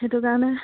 সেইটো কাৰণে